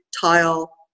tile